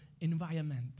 environment